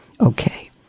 Okay